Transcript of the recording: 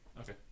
okay